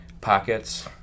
pockets –